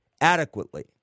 adequately